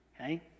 okay